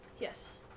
Yes